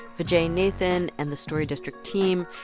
vijai nathan and the story district team.